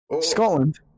Scotland